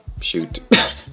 shoot